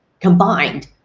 combined